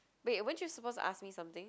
wait weren't you supposed to ask me something